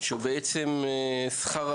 שזה שכר העבודה?